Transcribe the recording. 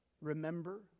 remember